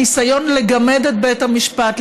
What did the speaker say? הניסיון לגמד את בית המשפט,